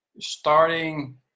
starting